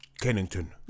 Kennington